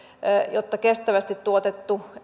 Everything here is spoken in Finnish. jotta kestävästi tuotettu